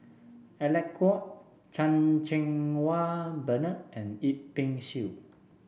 Alec Kuok Chan Cheng Wah Bernard and Yip Pin Xiu